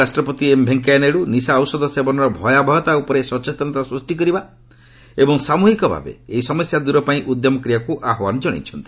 ଉପରାଷ୍ଟ୍ରପତି ଏମ୍ ଭେଙ୍କୟାନାଇଡୁ ନିଶା ଔଷଧ ସେବନର ଭୟାବହତା ଉପରେ ସଚେତନତା ସୃଷ୍ଟି କରିବା ଏବଂ ସାମୃହିକ ଭାବେ ଏହି ସମସ୍ୟା ଦୂର ପାଇଁ ଉଦ୍ୟମ କରିବାକୁ ଆହ୍ୱାନ ଜଣାଇଛନ୍ତି